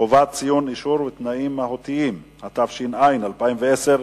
(חובת ציון אישור ותנאים מהותיים), התש"ע 2010,